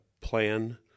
plan